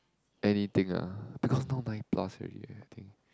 anything ah because now nine plus already eh I think